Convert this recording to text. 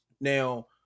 Now